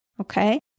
okay